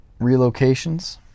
relocations